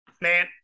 man